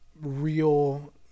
real